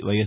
YS